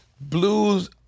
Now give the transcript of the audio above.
Blues